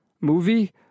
movie